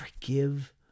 Forgive